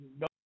no